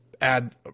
add